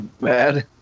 bad